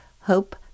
Hope